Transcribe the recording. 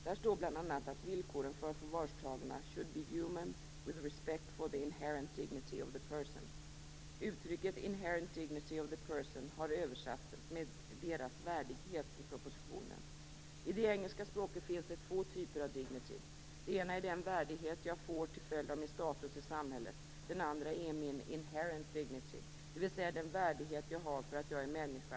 Där står bl.a. att villkoren för förvarstagna "- should be humane with respect for the inherent dignity of the person". Uttrycket "inherent dignity of the person" har översatts med "deras värdighet" i propositionen. I det engelska språket finns två typer av dignity. Det ena är den värdighet jag får till följd av min status i samhället. Den andra är min inherent dignity, dvs. den värdighet jag har för att jag är människa.